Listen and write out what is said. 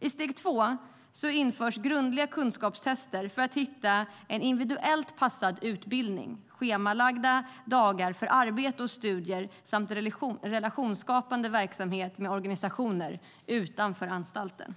I steg två införs grundliga kunskapstester för att hitta en individuellt anpassad utbildning, schemalagda dagar för arbete och studier samt relationsskapande verksamhet med organisationer utanför anstalten.